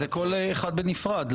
זה כל אחד בנפרד,